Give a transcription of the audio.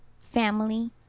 family